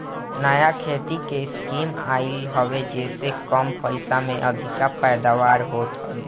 नया खेती के स्कीम आइल हवे जेसे कम पइसा में अधिका पैदावार होत हवे